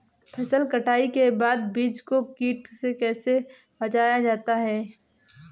फसल कटाई के बाद बीज को कीट से कैसे बचाया जाता है?